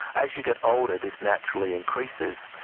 as you get older this naturally increases.